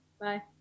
Bye